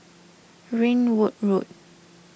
Ringwood Road